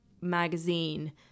magazine